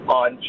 on